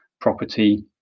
property